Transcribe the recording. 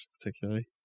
particularly